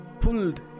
pulled